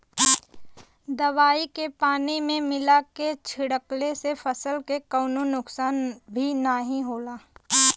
दवाई के पानी में मिला के छिड़कले से फसल के कवनो नुकसान भी नाहीं होला